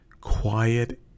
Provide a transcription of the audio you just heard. quiet